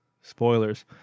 spoilers